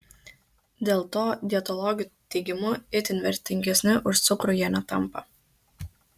dėl to dietologių teigimu itin vertingesni už cukrų jie netampa